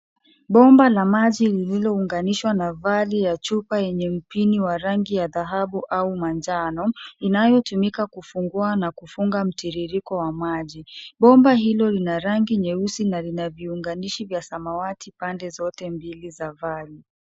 Bomba la maji lililounganishwa na vali ya chupa yenye mpini wa rangi ya dhahabu au manjano, inayotumika kufungua na kufunga mtiririko wa maji. Bomba hilo lina rangi nyeusi na lina viunganishi vya samawati pande zote mbili za vali.